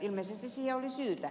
ilmeisesti siihen oli syytä